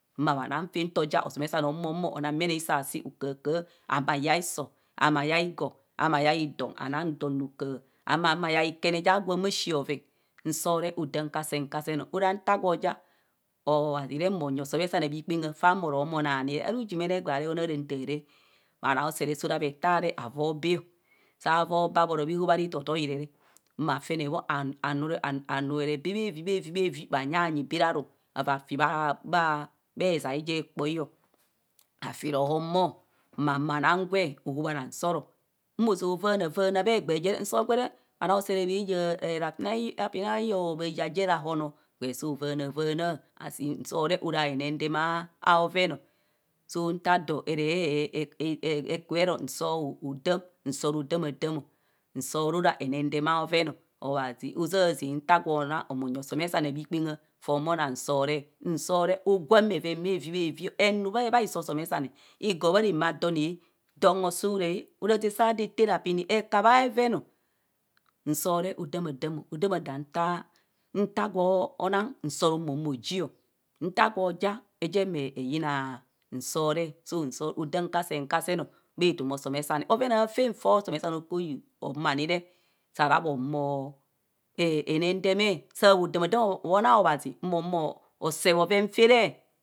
Maa bhanang fe nto ja osome same ma huma onang mene isoasi okahakaha. ahumo ayaiso humo yai igo. ma yai don. anong don rokaha humo ayai ikene ja gwa humo ashii bheren. nsoo re odaam kasen kasen o. Ara into gwa ja obhazi re mo nyi osomesane bhikpengha faa mo to humo anani o. ara ujiimene egbee arehon je taa re bha noo. Usere soo raa bhetaa re aroo bee. saa voo bee abhora bhehorobha itotoe re ma fene bho a ruere bee bhevi bhevi bhevi bhanyanyi bee raru araa fi bha ezae je ekpoi afi rohom bho ma lumo anang gwe soo hobhara nsooro. mo zoo vaana bhegbee jere nsoo gwe re bha noo ausere baa yaa rapin aihoho. bha yaa gwe rahon bur soo zoo vaana vaana. asi nsoo re ora henendeme au yen soo nta adoo rekubero nsoo hodaam nsoo rodaamadam. nsoo re ora henendeme aiuven. alhazi ozazang nta gwa nang mo nu osomesane bhikpengha foo humonang nsoo re. nsoo re ogwang bheren bhevi bhevi henu bhiso somesane. igo ma ramadana. don hosuree a. hobhoraza kwa dear taa rapin a nta nta gwo nang nsoo mo. humo oji nta gwo ja eje ma yina nsoo ree nsoro. nsoro adaam kasen kasen bhe etoma osomesane. bhoren foo osomesane soo kubo uu humo amore soo khodamiamo mo naang abhori mo see khoren faa.